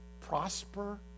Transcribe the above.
prosper